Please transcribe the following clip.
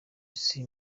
isi